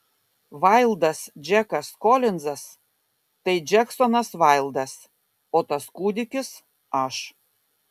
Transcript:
vaildas džekas kolinzas tai džeksonas vaildas o tas kūdikis aš